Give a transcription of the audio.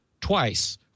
twice